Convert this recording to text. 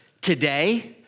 today